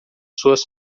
suas